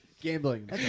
Gambling